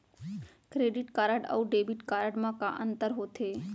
Credit card अऊ debit card मा का अंतर होथे?